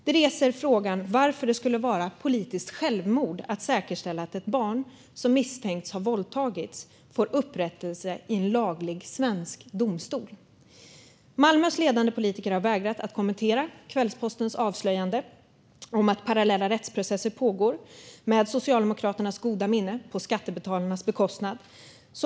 Det väcker frågan varför det skulle vara politiskt självmord att säkerställa att ett barn som misstänks ha våldtagits får upprättelse i en laglig svensk domstol. Malmös ledande politiker har vägrat kommentera Kvällspostens avslöjande om att parallella rättsprocesser pågår med Socialdemokraternas goda minne på skattebetalarnas bekostnad.